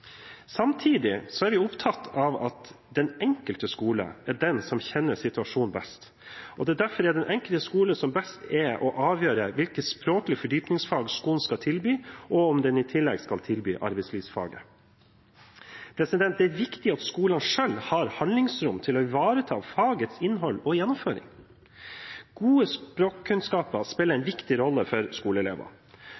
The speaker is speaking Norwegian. Samtidig er vi opptatt av at den enkelte skole er den som kjenner situasjonen best. Det er derfor det er den enkelte skole som er best til å avgjøre hvilke språklige fordypningsfag skolen skal tilby, og om den i tillegg skal tilby arbeidslivsfaget. Det er viktig at skolene selv har handlingsrom til å ivareta fagets innhold og gjennomføring. Gode språkkunnskaper spiller en viktig rolle for